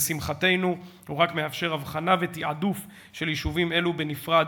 לשמחתנו הוא רק מאפשר הבחנה ותעדוף של יישובים אלה בנפרד